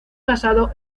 casado